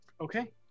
Okay